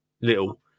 little